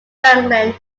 franklin